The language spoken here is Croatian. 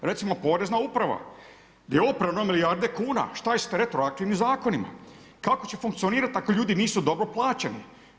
Recimo, Porezna uprava, gdje je oprano milijarde kuna, šta je s retroaktivnim Zakonima, kako će funkcionirati ako ljudi nisu dobro plaćeni.